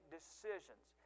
decisions